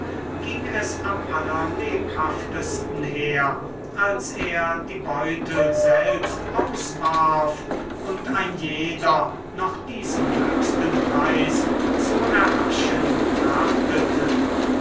ging es am allerlebhaftesten her als er die beutel selbst auswarf und ein jeder noch diesen höchsten preis zu erhaschen